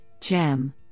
GEM